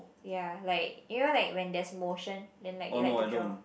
ya like you know like when there's motion then like they like to draw